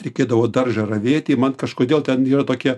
reikėdavo daržą ravėti man kažkodėl ten yra tokie